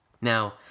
Now